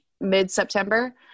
mid-September